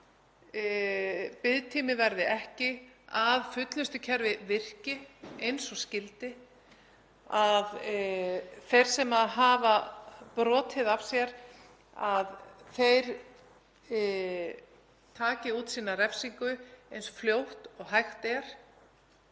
að ekki verði bið, að fullnustukerfið virki eins og skyldi, að þeir sem hafa brotið af sér taki út sína refsingu eins fljótt og hægt er.